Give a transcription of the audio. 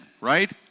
right